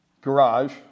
garage